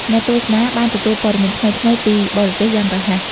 អ្នកទស្សនាបានទទួលព័ត៌មានថ្មីៗពីបរទេសយ៉ាងរហ័ស។